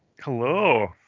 Hello